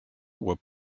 were